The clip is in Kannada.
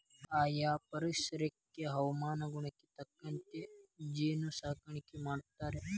ಆಯಾ ಪರಿಸರಕ್ಕ ಹವಾಗುಣಕ್ಕ ತಕ್ಕಂಗ ಜೇನ ಸಾಕಾಣಿಕಿ ಮಾಡ್ತಾರ